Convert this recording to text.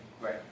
Right